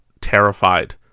terrified